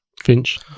Finch